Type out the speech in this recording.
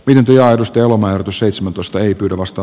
mänty aidosti lomailtu seitsemäntoista ei pyydä vasta